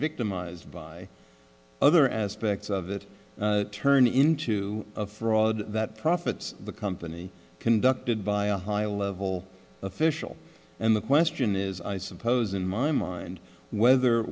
victimized by other aspects of it turn into a fraud that profits the company conducted by a high level official and the question is i suppose in my mind whether